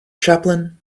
chaplain